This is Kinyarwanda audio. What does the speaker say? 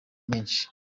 menshi